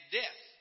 death